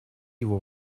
его